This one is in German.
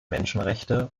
menschenrechte